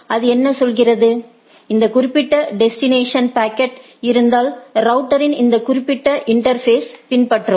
அது என்ன சொல்கிறது இந்த குறிப்பிட்ட டெஸ்டினேஷன்க்கு பாக்கெட் இருந்தால் ரவுட்டரின் இந்த குறிப்பிட்ட இன்டா்ஃபேஸை பின்பற்றவும்